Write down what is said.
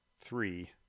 three